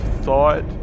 thought